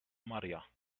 maria